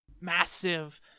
massive